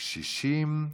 קשישים,